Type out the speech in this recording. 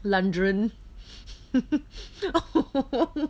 london